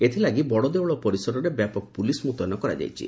ଏଥିଲାଗି ବଡ଼ଦେଉଳ ପରିସରେ ବ୍ୟାପକ ପୁଲିସ୍ ମୁତୟନ କରାଯାଇଛି